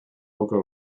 local